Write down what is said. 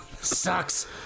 Sucks